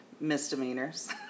Misdemeanors